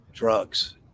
Drugs